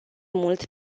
mult